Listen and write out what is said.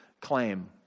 claim